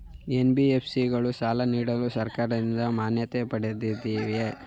NBFC ಗಳು ಸಾಲ ನೀಡಲು ಸರ್ಕಾರದಿಂದ ಮಾನ್ಯತೆ ಪಡೆದಿವೆಯೇ?